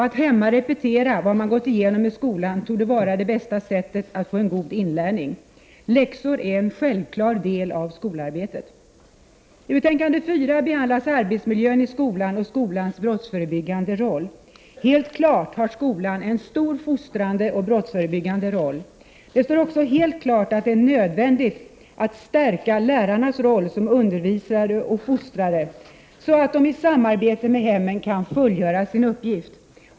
Att hemma repetera vad man gått igenom i skolan torde vara det bästa sättet att få en god inlärning. Läxor är en självklar del av skolarbetet. I betänkande 4 behandlas arbetsmiljön i skolan och skolans brottsförebyggande roll. Helt klart har skolan en stor fostrande och brottsförebyggande roll. Det står också alldeles klart att det är nödvändigt att stärka lärarnas roll som undervisare och fostrare, så att de i samarbete med hemmen kan fullgöra sin uppgift.